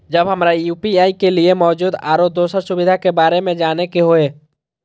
जब हमरा यू.पी.आई के लिये मौजूद आरो दोसर सुविधा के बारे में जाने के होय?